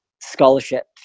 scholarship